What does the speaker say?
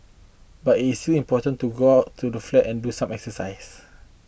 but it is still important to go out to the flat and do some exercise